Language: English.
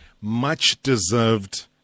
much-deserved